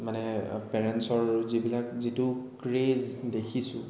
মানে পেৰেঞ্চৰ যিবিলাক যিটো ক্ৰেজ দেখিছোঁ